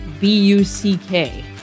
B-U-C-K